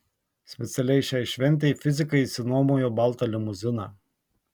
specialiai šiai šventei fizikai išsinuomojo baltą limuziną